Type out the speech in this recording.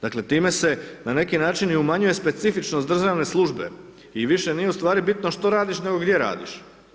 Dakle, time se, na neki način i umanjuje specifičnost državne službe i više nije ustvari bitno što radiš, nego gdje radiš.